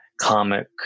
comic